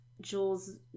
Jules